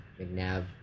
McNabb